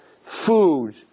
food